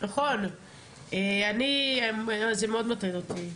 זה מאוד מטריד אותי.